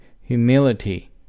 humility